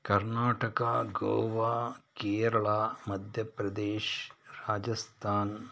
Karnataka Goa Kerala Madhya Pradesh Rajasthan